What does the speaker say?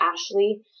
Ashley